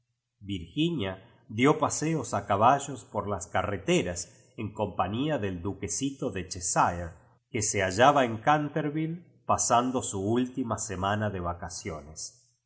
virginia dio paseos a caballos por las ca rreteras en compañía del duquesito de cheshire que se hallaba en canterville pasando mi última semana de vacaciones